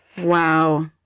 Wow